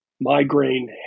migraine